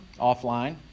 offline